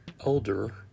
Older